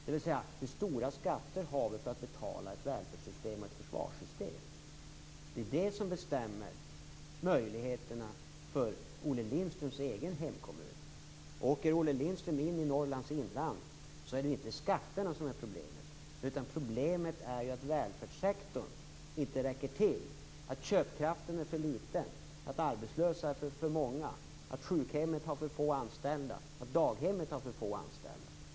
Dvs. hur stora skatter skall vi ha för att betala ett välfärdssystem och ett försvarssystem? Det är det som bestämmer möjligheterna för Olle Lindströms egen hemkommun. Det är inte skatterna som är problemet för Norrlands inland. Problemet är att välfärdssektorn inte räcker till. Köpkraften är för liten. De arbetslösa är för många. Sjukhemmet har för få anställda. Daghemmet har för få anställda.